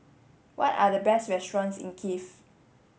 what are the best restaurants in Kiev